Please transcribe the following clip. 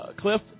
Cliff